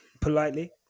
politely